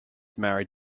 married